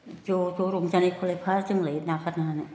ज' ज' रंजानायखौलाय बहा जोंलाय नागारनो हानो